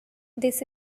this